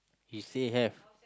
it still have